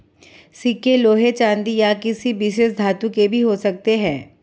सिक्के लोहे चांदी या किसी विशेष धातु के भी हो सकते हैं